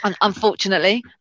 Unfortunately